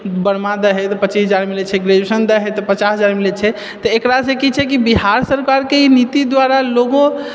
बरमामे दै हइ पच्चीस हजार मिलै छै ग्रेजुएशन दऽ हइ पचास हजार मिलै छैतऽ एकरासँ कि छै कि बिहार सरकारके ई नीति द्वारा लोगो